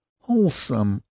wholesome